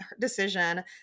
decision